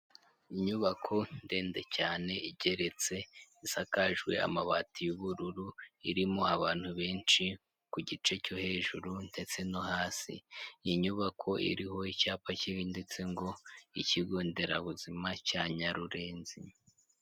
Inyubako ndende cyane igeretse isakajwe amabati y'ubururu, irimo abantu benshi ku gice cyo hejuru ndetse no hasi, iyi nyubako iriho icyapa kibi ndetse ngo ikigonderabuzima cya Nyarurenzi.